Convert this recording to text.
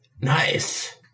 Nice